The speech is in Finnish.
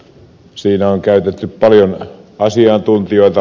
siinä on käytetty paljon asiantuntijoita